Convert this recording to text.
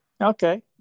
Okay